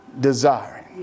desiring